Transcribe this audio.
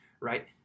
right